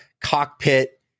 cockpit